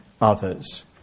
others